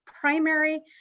primary